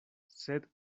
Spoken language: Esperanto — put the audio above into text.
sed